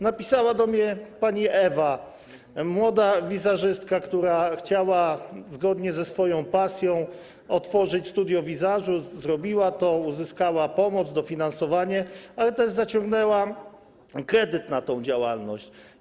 Napisała do mnie pani Ewa, młoda wizażystka, która chciała - zgodnie ze swoją pasją - otworzyć studio wizażu, zrobiła to, uzyskała pomoc, dofinansowanie, ale też zaciągnęła kredyt na tę działalność.